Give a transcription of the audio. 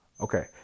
Okay